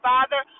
Father